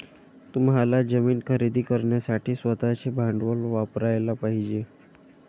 तुम्हाला जमीन खरेदी करण्यासाठी स्वतःचे भांडवल वापरयाला पाहिजे